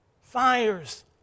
fires